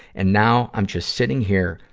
and now, i'm just sitting here,